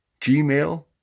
Gmail